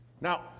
Now